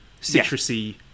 citrusy